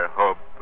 hope